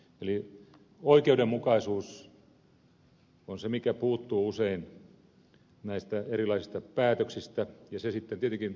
eli oikeudenmukaisuus on se mikä puuttuu usein näistä erilaisista päätöksistä ja se sitten tietenkin ihmisiä risoo ja rassaa